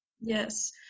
Yes